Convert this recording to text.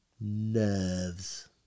nerves